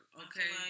okay